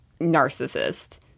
narcissist